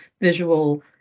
visual